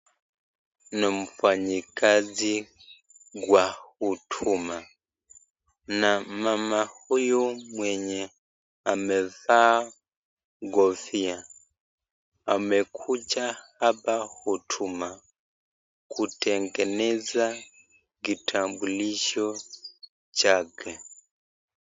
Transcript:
Ni mfanyikazi wa huduma na mama huyu mwenye amevaa kofia amekuja hapa huduma kutengeneza kitambulisho chake.